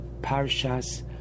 Parshas